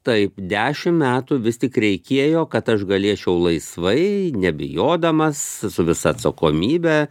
taip dešimt metų vis tik reikėjo kad aš galėčiau laisvai nebijodamas su visa atsakomybe